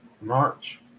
March